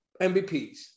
MVPs